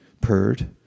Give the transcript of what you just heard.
purred